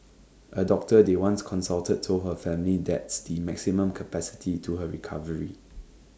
A doctor they once consulted told her family that's the maximum capacity to her recovery